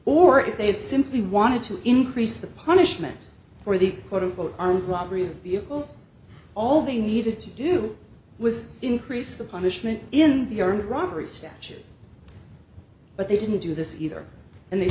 or if they had simply wanted to increase the punishment for the quote unquote armed robbery of vehicles all they needed to do was increase the punishment in the armed robbery statute but they didn't do this either and they